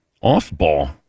Off-ball